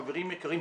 חברים יקרים,